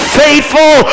faithful